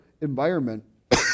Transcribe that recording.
environment